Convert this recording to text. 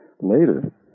later